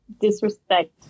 disrespect